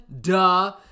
duh